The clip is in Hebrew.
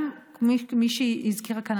גם מישהי הזכירה כאן,